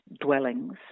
dwellings